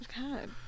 God